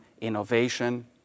innovation